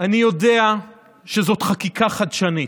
אני יודע שזאת חקיקה חדשנית.